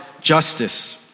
justice